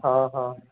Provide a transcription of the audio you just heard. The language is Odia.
ହଁ ହଁ